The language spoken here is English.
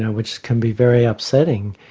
which can be very upsetting.